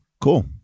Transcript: cool